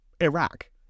Iraq